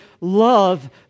love